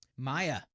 Maya